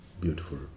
beautiful